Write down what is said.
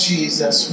Jesus